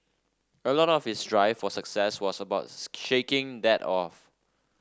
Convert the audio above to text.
a lot of his drive for success was about shaking that off